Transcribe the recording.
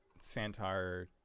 Santar